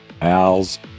Al's